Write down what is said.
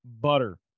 Butter